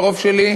הוא לא קרוב שלי,